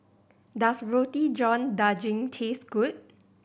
does Roti John Daging taste good